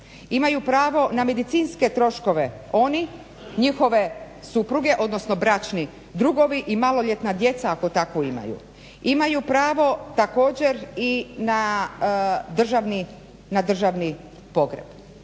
imaju pravo na medicinske troškove oni, njihove supruge, odnosno bračni drugovi i maloljetna djeca ako takvu imaju. Imaju pravo također i na državni pogreb.